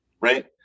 right